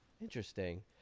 Interesting